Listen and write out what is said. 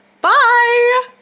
bye